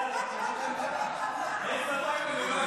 לכיסא הריק.